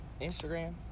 Instagram